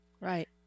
Right